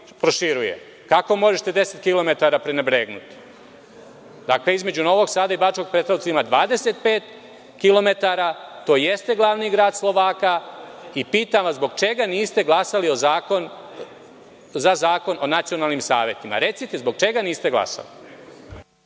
proširuje. Kako možete 10 km prenebregnuti? Dakle, između Novog Sada i Bačkog Petrovca ima 25 km. To jeste glavni grad Slovaka i pitam vas zbog čega niste glasali za Zakon o nacionalnim savetima? Recite zbog čega niste glasali?